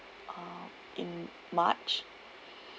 um in march